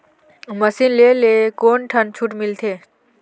Machine ले ले कोन ठन छूट मिलथे?